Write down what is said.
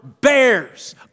bears